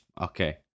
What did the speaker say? okay